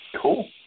Cool